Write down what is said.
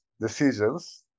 Decisions